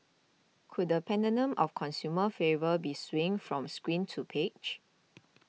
could the pendulum of consumer favour be swinging from screen to page